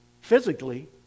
physically